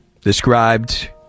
Described